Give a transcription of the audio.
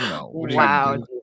wow